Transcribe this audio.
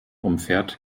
umfährt